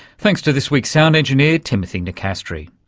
thanks to this week's sound engineer timothy nicastri.